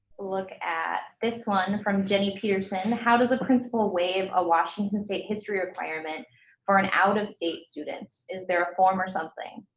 look at this one from jenny peterson how does a principal wave a washington state history requirement for an out of state students is there a form or something